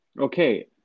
Okay